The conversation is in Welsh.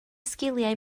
sgiliau